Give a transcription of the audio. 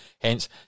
hence